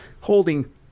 holding